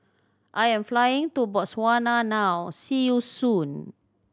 I am flying to Botswana now see you soon